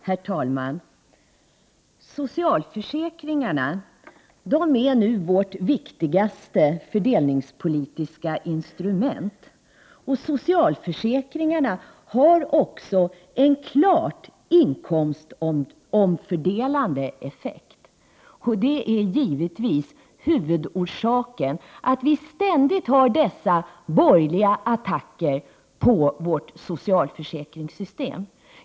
Herr talman! Socialförsäkringarna är nu vårt viktigaste fördelningspolitiska instrument. Socialförsäkringarna har också en klart inkomstomfördelande effekt. Det är givetvis huvudorsakerna till att vi ständigt har dessa borgerliga attacker på vårt socialförsäkringssystem.